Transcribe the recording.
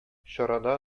чарада